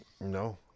No